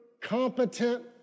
competent